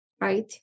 right